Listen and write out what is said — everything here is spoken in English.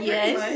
Yes